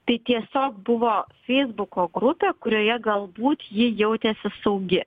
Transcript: tai tiesiog buvo feisbuko grupė kurioje galbūt ji jautėsi saugi